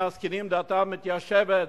שמזדקנין דעתם מתיישבת,